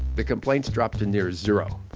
the complaints dropped to near zero.